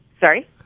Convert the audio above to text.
Sorry